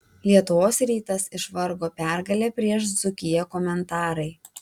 lietuvos rytas išvargo pergalę prieš dzūkiją komentarai